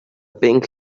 pink